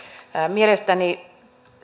mielestäni